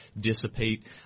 dissipate